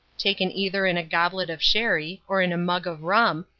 taken either in a goblet of sherry or in a mug of rum,